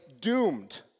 doomed